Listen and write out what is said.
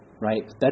right